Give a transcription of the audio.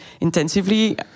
intensively